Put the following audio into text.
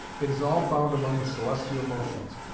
it is all found among the celestial motions,